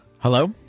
Hello